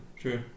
true